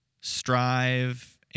strive